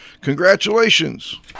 Congratulations